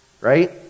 Right